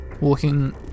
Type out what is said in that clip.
Walking